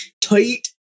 tight